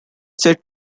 said